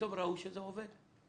פתאום ראו שזה עובד.